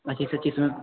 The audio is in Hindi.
पच्चीस पच्चीस में